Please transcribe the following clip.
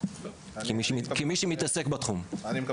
כמי שמתעסק בתחום אני נוטה לא להסכים איתך.